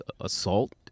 assault